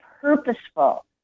purposeful